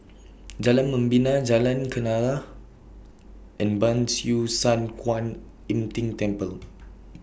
Jalan Membina Jalan Kenarah and Ban Siew San Kuan Im Tng Temple